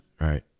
right